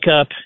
up